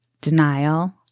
denial